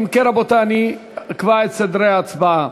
אם כן, רבותי, אני אקבע את סדרי ההצבעה.